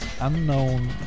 unknown